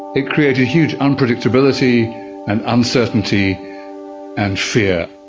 it created huge unpredictability and uncertainty and fear.